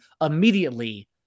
immediately